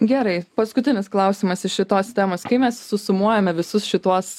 gerai paskutinis klausimas iš šitos temos kai mes susumuojame visus šituos